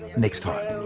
next time.